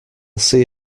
see